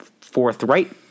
forthright